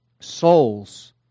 Souls